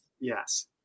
Yes